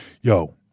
Yo